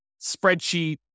spreadsheet